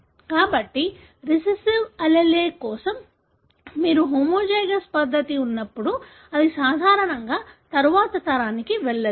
కాబట్టి recessive allele కోసం మీకు హోమోజైగస్ పరిస్థితి ఉన్నప్పుడు అది సాధారణంగా తరువాతి తరానికి వెళ్ళదు